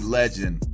legend